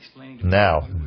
Now